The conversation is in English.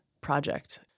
project